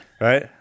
Right